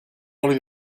oli